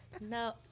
No